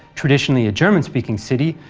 traditionally a german-speaking city,